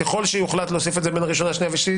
ככל שיוחלט להוסיף את זה בין הראשונה לשנייה ושלישית